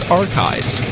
archives